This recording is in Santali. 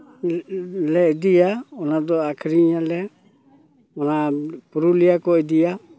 ᱞᱮ ᱤᱫᱤᱭᱟ ᱚᱱᱟᱫᱚ ᱟᱠᱷᱨᱤᱧ ᱟᱞᱮ ᱚᱱᱟ ᱯᱩᱨᱩᱞᱤᱭᱟᱹ ᱠᱚ ᱤᱫᱤᱭᱟ